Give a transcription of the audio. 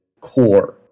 core